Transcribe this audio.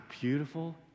beautiful